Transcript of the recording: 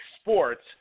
sports